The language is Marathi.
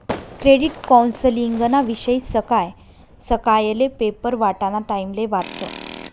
क्रेडिट कौन्सलिंगना विषयी सकाय सकायले पेपर वाटाना टाइमले वाचं